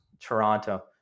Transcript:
Toronto